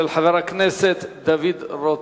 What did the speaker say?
של חבר הכנסת דוד רותם.